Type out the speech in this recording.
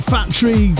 Factory